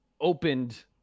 opened